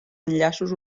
enllaços